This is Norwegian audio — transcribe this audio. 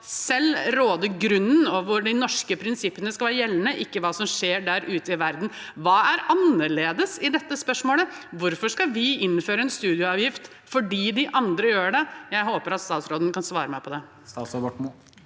skal råde grunnen, og hvor de norske prinsippene skal være gjeldende – ikke det som skjer der ute i verden. Hva er annerledes i dette spørsmålet? Hvorfor skal vi innføre en studieavgift fordi om de andre gjør det? Jeg håper at statsråden kan svare meg på det.